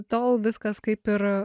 tol viskas kaip ir